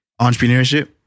entrepreneurship